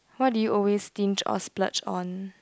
what do you always stinge or splurge on